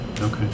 Okay